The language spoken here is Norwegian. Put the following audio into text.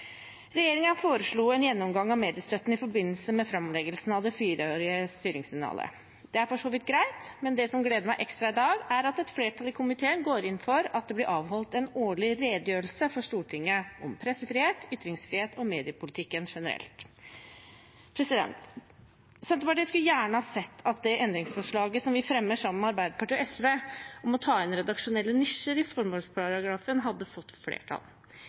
foreslo en gjennomgang av mediestøtten i forbindelse med framleggelsen av det fireårige styringssignalet. Det er for så vidt greit, men det som gleder meg ekstra i dag, er at et flertall i komiteen går inn for at det blir avholdt en årlig redegjørelse for Stortinget om pressefrihet, ytringsfrihet og mediepolitikken generelt. Senterpartiet skulle gjerne ha sett at det forslaget i innstillingen vi har sammen med Arbeiderpartiet og SV om å ta inn redaksjonelle nisjer i formålsparagrafen, hadde fått flertall.